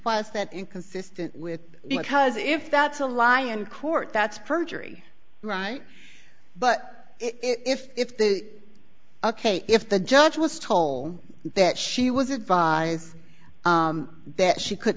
was that inconsistent with because if that's a lie in court that's perjury right but if if they ok if the judge was toll that she was advised that she could